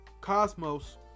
Cosmos